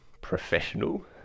professional